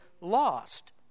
lost